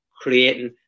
creating